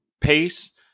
pace